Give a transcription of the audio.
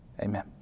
amen